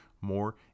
more